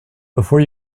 before